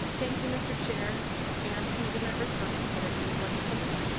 thank you mr. chair and committee members for considering this legislation.